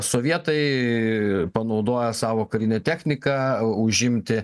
sovietai panaudojo savo karinę techniką užimti